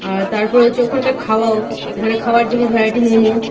আর তারপরে হচ্ছে ওখানকার খাওয়াও ওখানের খাওয়ার যেমনি ভ্যারাইটি মোমো